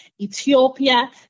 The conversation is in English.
Ethiopia